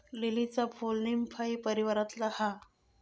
लीलीचा फूल नीमफाई परीवारातला हा